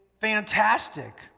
fantastic